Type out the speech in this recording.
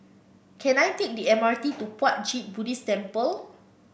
can I take the MRT to Puat Jit Buddhist Temple